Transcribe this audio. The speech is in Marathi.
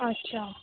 अच्छा